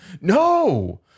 no